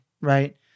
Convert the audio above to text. Right